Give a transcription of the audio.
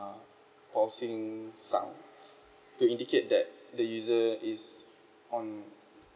uh pulsing sound to indicate that the user is on